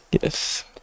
Yes